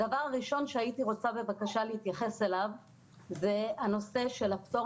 הדבר הראשון שהייתי רוצה להתייחס אליו זה הנושא של הפטור